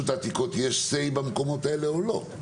העתיקות יש סיי במקומות האלה או לא.